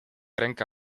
ręka